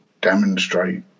demonstrate